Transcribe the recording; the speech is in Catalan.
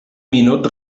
minut